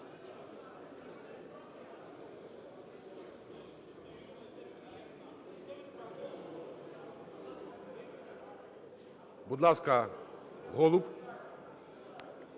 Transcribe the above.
Будь ласка, Голуб.